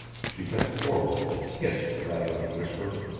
she bent forward and hissed rather than whispered